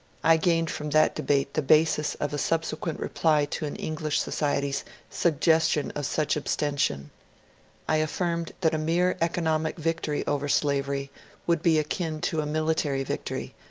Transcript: i gained from that debate the basis of a subsequent reply to an english society's suggestion of such abstention i affirmed that a mere economic victory over slavery would be akin to a military victory,